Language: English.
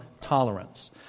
tolerance